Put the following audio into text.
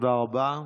תודה רבה.